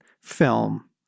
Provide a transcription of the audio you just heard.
film